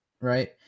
right